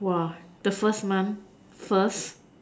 !whoa! the first month first